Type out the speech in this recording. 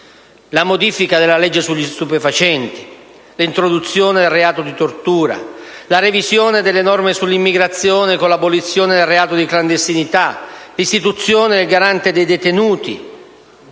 la modifica della legge sugli stupefacenti; l'introduzione del reato di tortura; la revisione delle norme sull'immigrazione, con l'abolizione del reato di clandestinità; l'istituzione del garante dei detenuti.